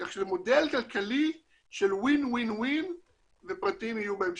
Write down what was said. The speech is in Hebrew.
כך שזה מודל כלכלי של win-win-win ופרטים יהיו בהמשך.